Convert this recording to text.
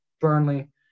Burnley